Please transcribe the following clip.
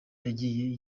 yagira